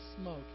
smoke